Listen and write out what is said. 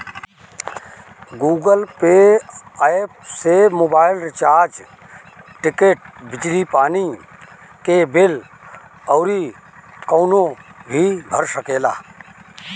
Google Pay app से mobile recharge, ticket, बिजली पानी के बिल अउरी कवनो भी बिल भर सकेला